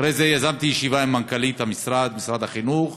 אחרי זה יזמתי ישיבה עם מנכ"לית משרד החינוך,